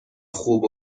خوب